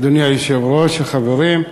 אדוני היושב-ראש, החברים,